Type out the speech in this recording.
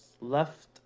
left